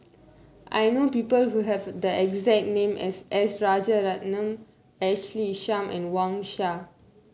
I know people who have the exact name as S Rajaratnam Ashley Isham and Wang Sha